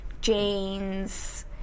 jeans